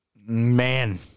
man